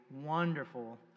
wonderful